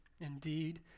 Indeed